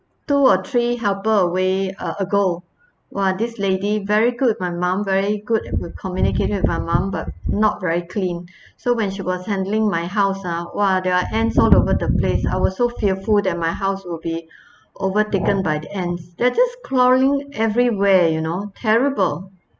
two or three helper away uh ago !wah! this lady very good with my mum very good with communicate with my mum but not very clean so when she was handling my house ah !wah! there are ants all over the place I was so fearful that my house will be overtaken by the ants they're just crawling everywhere you know terrible